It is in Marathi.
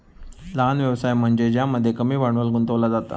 लहान व्यवसाय म्हनज्ये ज्यामध्ये कमी भांडवल गुंतवला जाता